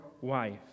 wife